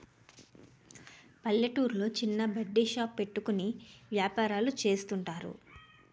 పల్లెటూర్లో చిన్న బడ్డీ షాప్ పెట్టుకుని వ్యాపారాలు చేస్తుంటారు